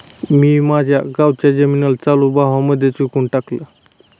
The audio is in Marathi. मी माझ्या गावाच्या जमिनीला चालू भावा मध्येच विकून टाकलं